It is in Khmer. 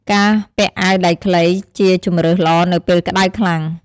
ការពាក់អាវដៃខ្លីជាជម្រើសល្អនៅពេលក្តៅខ្លាំង។